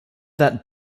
that